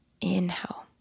Inhale